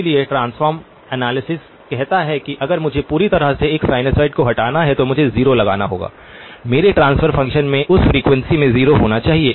इसलिए transform analysis कहता है कि अगर मुझे पूरी तरह से एक साइनसॉइड को हटाना है तो मुझे 0 लगाना होगा मेरे ट्रांसफर फंक्शन में उस फ्रीक्वेंसी में 0 होना चाहिए